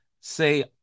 say